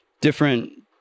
different